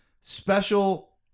special